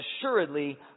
assuredly